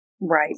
Right